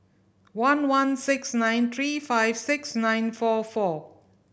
one one six nine three five six nine four four